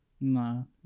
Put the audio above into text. No